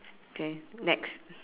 okay next